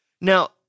Now